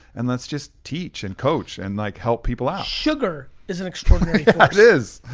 and let's just teach and coach and like help people out. sugar is an extraordinary is.